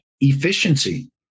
efficiency